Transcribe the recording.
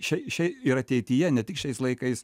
šiai šiai ir ateityje ne tik šiais laikais